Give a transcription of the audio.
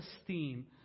esteem